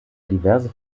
diverse